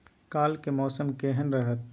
काल के मौसम केहन रहत?